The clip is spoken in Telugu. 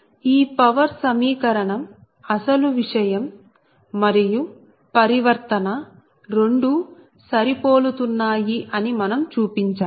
ఈ పవర్ సమీకరణం అసలు విషయం మరియు పరివర్తన రెండూ సరిపోలుతున్నాయి అని మనం చూపించాలి